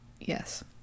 yes